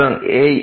সুতরাং এই f